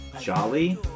jolly